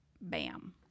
Bam